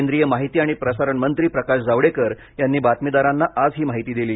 केंद्रीय माहिती आणि प्रसारण मंत्री प्रकाश जावडेकर यांनी बातमीदारांनी आज ही माहिती दिली